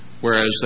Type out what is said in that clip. whereas